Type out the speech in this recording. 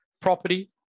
property